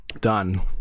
done